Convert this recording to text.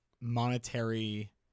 monetary